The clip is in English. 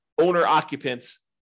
owner-occupants